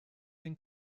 den